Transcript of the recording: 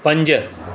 पंज